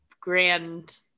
grand